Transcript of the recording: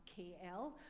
kl